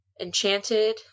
Enchanted